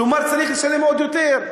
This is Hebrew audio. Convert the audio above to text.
כלומר צריך לשלם עוד יותר.